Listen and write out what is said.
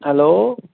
hello